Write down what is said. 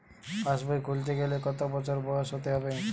পাশবই খুলতে গেলে কত বছর বয়স হতে হবে?